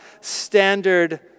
standard